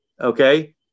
okay